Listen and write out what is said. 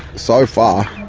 so far